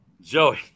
Joey